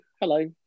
hello